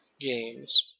games